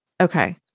Okay